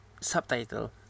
subtitle